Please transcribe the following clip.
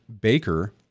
Baker